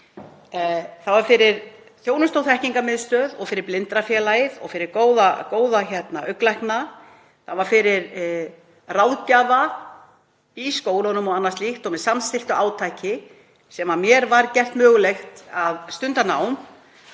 Það var fyrir Þjónustu- og þekkingarmiðstöð og fyrir Blindrafélagið og fyrir góða augnlækna, ráðgjafa í skólunum og annað slíkt, og með samstilltu átaki, sem mér var gert mögulegt að stunda nám